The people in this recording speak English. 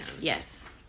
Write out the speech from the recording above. Yes